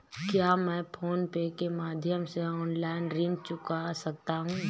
क्या मैं PhonePe के माध्यम से ऑनलाइन ऋण चुका सकता हूँ?